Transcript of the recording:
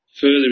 Further